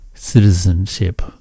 citizenship